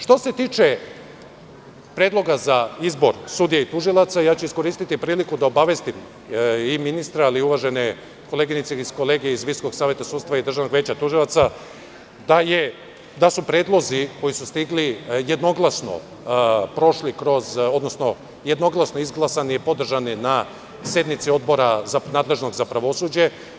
Što se tiče predloga za izbor sudija i tužioca, ja ću iskoristiti priliku da obavestim i ministra ali i uvažene koleginice i kolege iz Visokog saveta sudstva i Državnog veća tužilaca da su predlozi koji su stigli jednoglasno izglasani i podržani na sednici nadležnog Odbora za pravosuđe.